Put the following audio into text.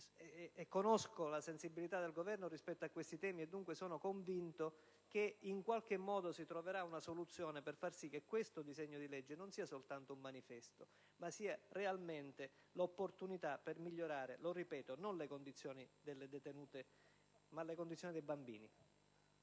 conosco la sensibilità del Governo rispetto a tali temi: dunque, sono convinto che in qualche modo si troverà una soluzione per far sì che questo disegno di legge non sia soltanto un manifesto, ma rappresenti realmente un'opportunità per migliorare - lo ripeto - non le condizioni delle detenute, ma quelle dei bambini.